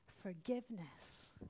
Forgiveness